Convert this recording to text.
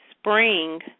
Spring